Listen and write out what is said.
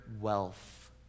wealth